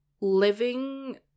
Living